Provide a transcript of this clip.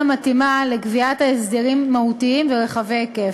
מתאימה לקביעת הסדרים מהותיים ורחבי היקף.